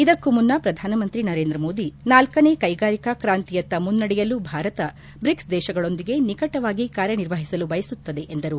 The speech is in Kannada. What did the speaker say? ಇದಕ್ಕೂ ಮುನ್ನ ಪ್ರಧಾನಮಂತ್ರಿ ನರೇಂದ್ರ ಮೋದಿ ನಾಲ್ಲನೇ ಕೈಗಾರಿಕಾ ಕ್ರಾಂತಿಯತ್ತ ಮುನ್ನೆಡೆಯಲು ಭಾರತ ಬ್ರಿಕ್ಲ್ ದೇಶಗಳೊಂದಿಗೆ ನಿಕಟವಾಗಿ ಕಾರ್ಯನಿರ್ವಹಿಸಲು ಬಯಸುತ್ತದೆ ಎಂದರು